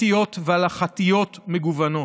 אתיות והלכתיות מגוונות.